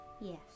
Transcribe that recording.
Yes